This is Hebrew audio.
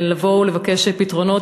לבוא ולבקש פתרונות,